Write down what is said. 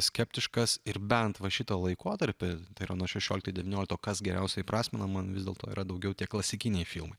skeptiškas ir bent va šitą laikotarpį tai yra nuo šešiolikto iki devyniolikto kas geriausiai įprasmina man vis dėlto yra daugiau tie klasikiniai filmai